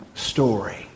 story